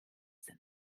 sind